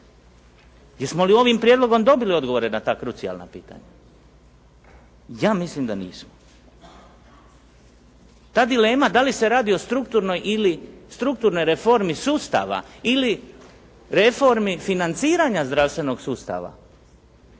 Jesmo li ovim prijedlogom dobili odgovore na ta krucijalna pitanja? Ja mislim da nismo. Ta dilema da li se radi o strukturnoj reformi sustava ili reformi financiranja zdravstvenog sustava,